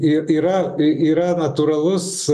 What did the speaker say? ir yra yra natūralus